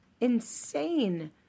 Insane